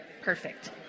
Perfect